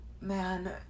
man